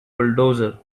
bulldozer